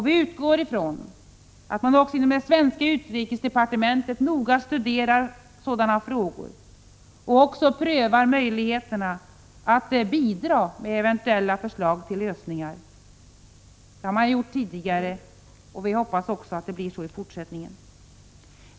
Vi utgår ifrån att man också inom det svenska utrikesdepartementet noga studerar frågorna och också prövar möjligheterna att bidra med eventuella förslag till lösningar. Det har man gjort tidigare, och vi hoppas att det blir så också i fortsättningen.